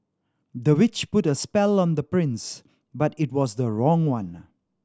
the witch put a spell on the prince but it was the wrong one